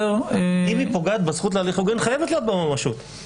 אם היא פוגעת בזכות להליך הוגן חייבת להיות בה ממשות.